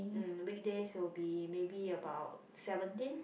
um weekdays will be maybe about seventeen